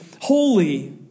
holy